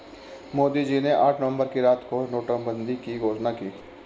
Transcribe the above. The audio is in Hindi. मोदी जी ने आठ नवंबर की रात को नोटबंदी की घोषणा की